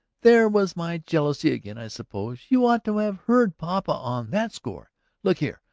there was my jealousy again, i suppose. you ought to have heard papa on that score look here,